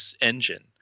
engine